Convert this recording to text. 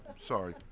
Sorry